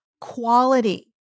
quality